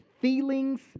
feelings